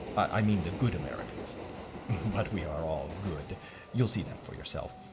i mean the good americans but we are all good you'll see that for yourself.